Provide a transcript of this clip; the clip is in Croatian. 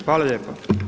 Hvala lijepa.